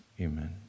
amen